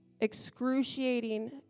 excruciating